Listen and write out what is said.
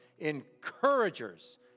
encouragers